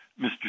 Mr